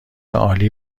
عالی